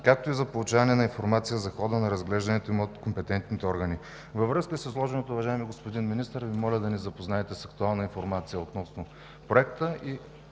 както и за получаване на информация за хода на разглеждането им от компетентни органи. Във връзка с изложеното, уважаеми господин Министър, Ви моля да ни запознаете с актуална информация относно Проекта